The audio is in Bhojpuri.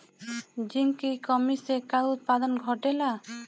जिंक की कमी से का उत्पादन घटेला?